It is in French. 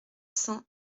cent